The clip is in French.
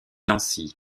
nancy